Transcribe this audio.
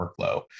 workflow